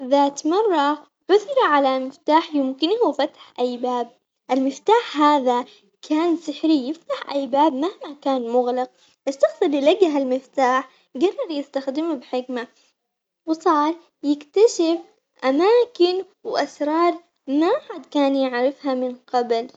ذات مرة عثر على مفتاح يمكنه فتح أي باب، المفتاح هذا كان سحري يفتح أي باب مهما كان مغلق، الشخص اللي يلاقي هذا المفتاح قرر يستخدمه بحكمة وصار يكتشف أماكن وأسرار ما حد كان يعرفها من قبل.